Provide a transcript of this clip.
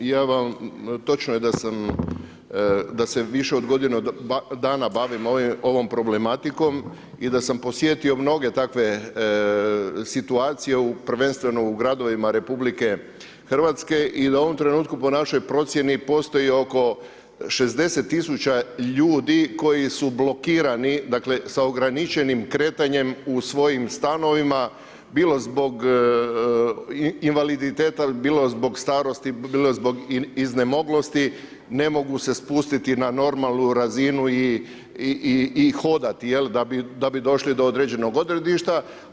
Točno je da se više od godinu dana bavim ovom problematikom i da sam posjetio mnoge takve situacije, prvenstveno u gradovima RH i da u ovom trenutku po našoj procjeni postoji oko 60 000 ljudi koji su blokirani, dakle sa ograničenim kretanjem u svojim stanovima bilo zbog invaliditeta, bilo zbog starosti, bilo zbog iznemoglosti ne mogu se spustiti na normalnu razinu i hodati da bi došli do određenog odredišta.